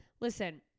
Listen